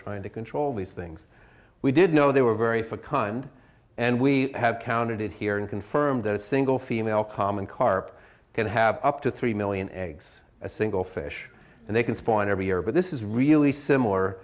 trying to control these things we did know they were very for kind and we have counted it here and confirmed that a single female common carp can have up to three million eggs a single fish and they can spawn every year but this is really similar